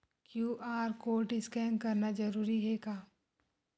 QR code scan करना जरूरी हे का?